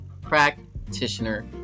practitioner